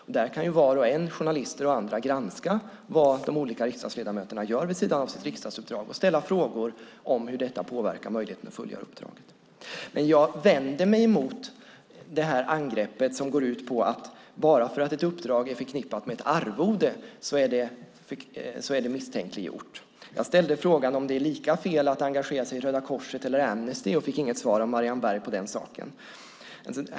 På så sätt kan var och en, journalister och andra, granska vad de olika riksdagsledamöterna gör vid sidan av sitt riksdagsuppdrag och ställa frågor om hur detta påverkar möjligheten att fullgöra uppdraget. Jag vänder mig mot angreppet som går ut på att bara för att ett uppdrag är förknippat med ett arvode är det därmed också misstänkt. Jag ställde frågan om det är lika fel att engagera sig i Röda Korset eller Amnesty men fick inget svar av Marianne Berg.